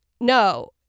No